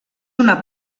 una